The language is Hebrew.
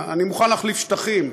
אני מוכן להחליף שטחים,